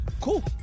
Cool